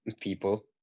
people